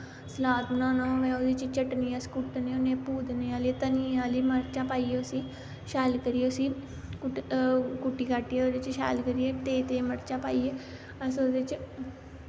salad बनाना होए ओह्दे च चटनी अस कुट्टने होने पूतने आह्ली धनियें आह्ली मर्चां पाइयै उसी शैल करियै उसी कुट्टी कट्टियै ओह्दे च शैल करियै तेज़ तेज़ मर्चां पाइयै अस ओह्दे च